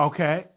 Okay